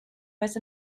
was